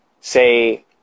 say